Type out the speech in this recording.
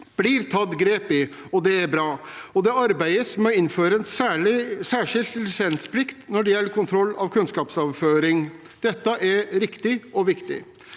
blir det tatt grep, og det er bra. Det arbeides med å innføre en særskilt lisensplikt når det gjelder kontroll med kunnskapsoverføring. Dette er riktig og viktig.